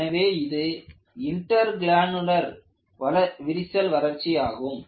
எனவே இது இன்டெர்க்ரானுலர் விரிசல் வளர்ச்சியாகும்